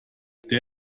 der